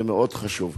זה מאוד חשוב.